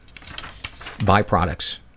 byproducts